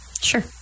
Sure